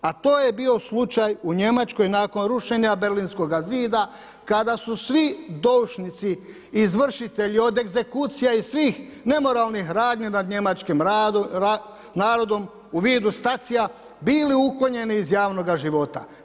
A to je bio slučaj u Njemačkoj nakon rušenja berlinskog zida, kada su svi doušnici, izvršitelji, od egzekucija iz svih nemoralnih radnji nad njemačkim narodom u vidu Stasija bili uklonjeni iz javnoga života.